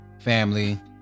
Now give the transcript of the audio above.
family